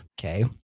okay